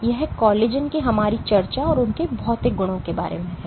तो यह कोलेजन की हमारी चर्चा और उनके भौतिक गुणों के बारे में है